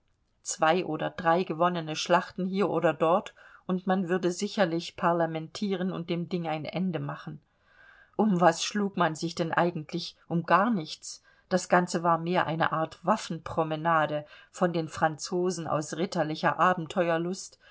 zwei oder drei gewonnene schlachten hier oder dort und man würde sicherlich parlamentieren und dem ding ein ende machen um was schlug man sich denn eigentlich um gar nichts das ganze war mehr eine art waffenpromenade von den franzosen aus ritterlicher abenteuerlust